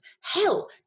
Hell